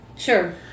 Sure